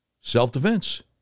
Self-defense